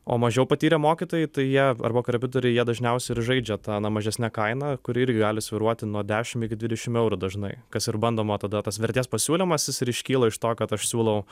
o mažiau patyrę mokytojai tai jie arba korepetitoriai jie dažniausiai ir žaidžia ta na mažesne kaina kuri irgi gali svyruoti nuo dešim iki dvidešim eurų dažnai kas ir bandoma o tada tas vertės pasiūlymas jis ir iškyla iš to kad aš siūlau